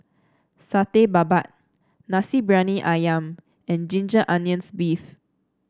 Satay Babat Nasi Briyani ayam and Ginger Onions beef